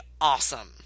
awesome